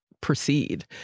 proceed